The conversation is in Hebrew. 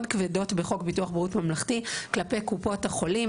כבדות בחוק ביטוח בריאות ממלכתי כלפי קופות החולים,